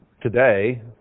today